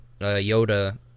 Yoda